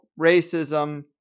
racism